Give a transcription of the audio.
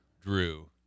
Drew